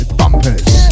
bumpers